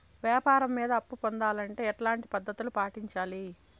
వ్యాపారం మీద అప్పు పొందాలంటే ఎట్లాంటి పద్ధతులు పాటించాలి?